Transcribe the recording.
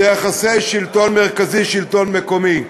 היא יחסי השלטון המרכזי והשלטון המקומי.